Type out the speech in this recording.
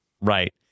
right